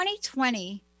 2020